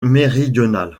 méridional